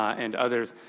and others.